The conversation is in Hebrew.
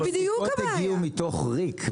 הפסיקות הגיעו מתוך ריק,